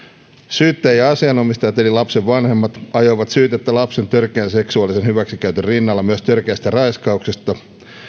syyttäjä ja asianomistajat eli lapsen vanhemmat ajoivat syytettä lapsen törkeän seksuaalisen hyväksikäytön rinnalla myös törkeästä raiskauksesta